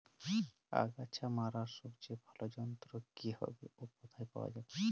আগাছা মারার সবচেয়ে ভালো যন্ত্র কি হবে ও কোথায় পাওয়া যাবে?